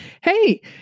hey